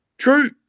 True